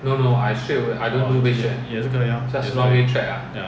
也是可以 lor 也是可以